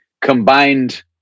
combined